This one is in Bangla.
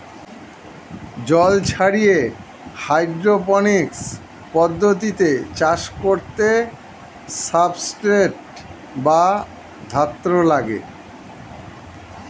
জল ছাড়িয়ে হাইড্রোপনিক্স পদ্ধতিতে চাষ করতে সাবস্ট্রেট বা ধাত্র লাগে